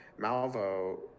Malvo